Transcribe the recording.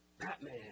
Batman